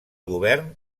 govern